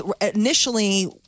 initially